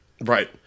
Right